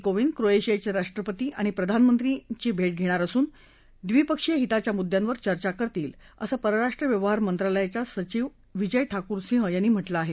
कोविंद क्रोएशियाचे राष्ट्रपति आणि प्रधानमंत्री यांची भेट घेणार असून द्विपक्षीय हिताच्या मुद्द्यांवर चर्चा करतील असं परराष्ट्र व्यवहार मंत्रालयाचस्तिचिव विजय ठाकूर सिंह यांनी म्हटलं आहे